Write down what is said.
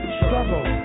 struggle